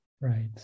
Right